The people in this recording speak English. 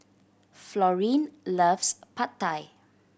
Florene loves Pad Thai